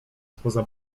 spoza